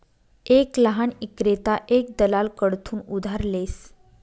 एक लहान ईक्रेता एक दलाल कडथून उधार लेस